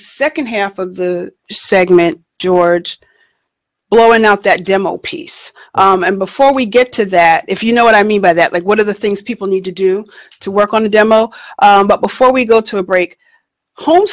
second half of the segment george well enough that demo piece and before we get to that if you know what i mean by that like one of the things people need to do to work on a demo before we go to a break ho